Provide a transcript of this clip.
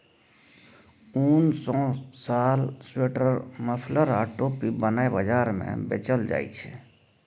उन सँ साल, स्वेटर, मफलर आ टोपी बनाए बजार मे बेचल जाइ छै